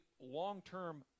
long-term